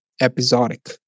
episodic